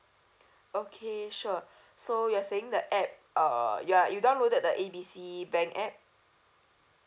okay sure so you're saying the app uh you are you downloaded the A B C bank app